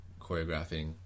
choreographing